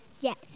Yes